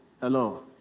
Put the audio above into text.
Hello